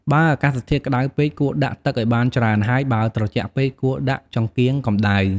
បើអាកាសធាតុក្តៅពេក គួរដាក់ទឹកឲ្យបានច្រើន ហើយបើត្រជាក់ពេក គួរដាក់ចង្កៀងកម្តៅ។